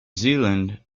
zealand